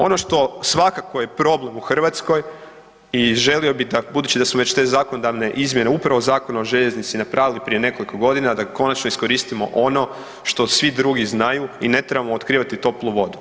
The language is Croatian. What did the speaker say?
Ono što svakako je problem u Hrvatskoj i želio bi da budući da su već te zakonodavne izmjene upravo Zakon o željeznici napravili prije nekoliko godina da konačno iskoristimo ono što svi drugi znaju i ne trebamo otkrivati toplu vodu.